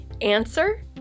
Answer